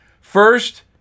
First